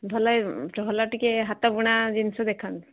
ଭଲ ଭଲ ଟିକିଏ ହାତ ବୁଣା ଜିନିଷ ଦେଖାନ୍ତୁ